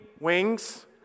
wings